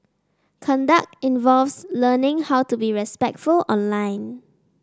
conduct involves learning how to be respectful online